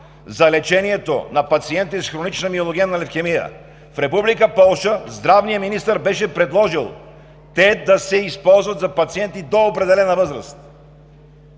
за лечението на пациенти с хронична миелогенна левкемия, в Република Полша здравният министър беше предложил те да се използват за пациенти до определена възраст.